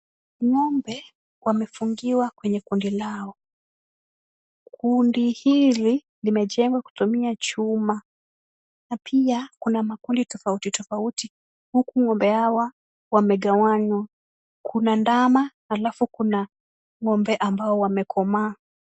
Ng'ombe wamefungiwa kwenye kundi lao. Kundi hili limejengwa kutumia chuma na pia kuna makundi tofauti tofauti huku ng'ombe hawa wamegawanywa. Kuna ndama halafu kuna ng'ombe ambao wamekomaa.